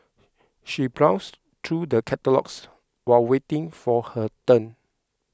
she browsed through the catalogues while waiting for her turn